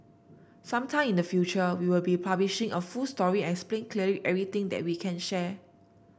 some time in the future we will be publishing a full story and explain clearly everything that we can share